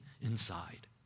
inside